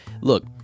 look